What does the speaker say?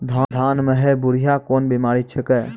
धान म है बुढ़िया कोन बिमारी छेकै?